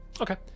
Okay